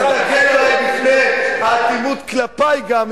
תגן עלי בפני האטימות כלפי גם,